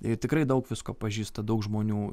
ir tikrai daug visko pažįsta daug žmonių